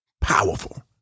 powerful